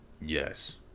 Yes